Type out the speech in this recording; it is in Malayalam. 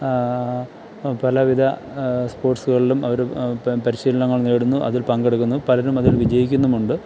പലവിധ സ്പോർട്ട്സുകളിലും അവർ പ പരിശീലനങ്ങൾ നേടുന്നു അതിൽ പങ്കെടുക്കുന്നു പലരും അതിൽ വിജയിക്കുന്നുമുണ്ട്